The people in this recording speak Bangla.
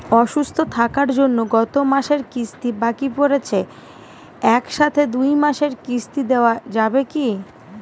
অসুস্থ থাকার জন্য গত মাসের কিস্তি বাকি পরেছে এক সাথে দুই মাসের কিস্তি দেওয়া যাবে কি?